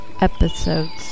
episodes